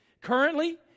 currently